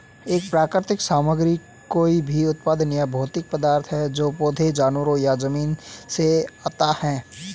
एक प्राकृतिक सामग्री कोई भी उत्पाद या भौतिक पदार्थ है जो पौधों, जानवरों या जमीन से आता है